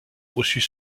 reçut